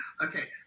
Okay